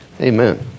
Amen